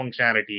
functionality